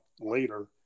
later